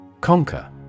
Conquer